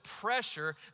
pressure